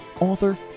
author